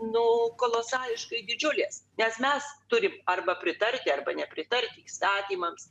nu kolosališkai didžiulės nes mes turim arba pritarti arba nepritarti įstatymams